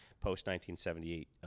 Post-1978